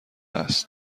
است